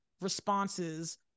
responses